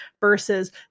versus